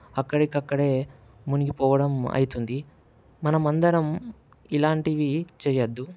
అక్కడికి అక్కడే మునిగిపోవడం అవుతుంది మనం అందరం ఇలాంటివి చేయవద్దు